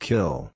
Kill